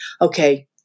Okay